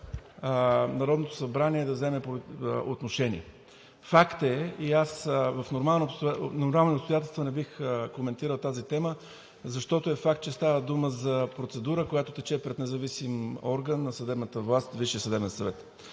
Народното събрание да вземе отношение. Факт е – и аз в нормални обстоятелства не бих коментирал тази тема, защото е факт, че става дума за процедура, която тече пред независим орган на съдебната власт – Висшият съдебен съвет.